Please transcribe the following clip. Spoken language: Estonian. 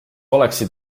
oleksid